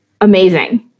amazing